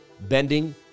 bending